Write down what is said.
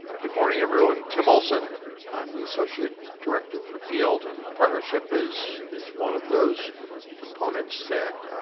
ah good morning, everyone. tim olson. i'm the associate director for field, and partnership is is one of those components that